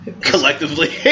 collectively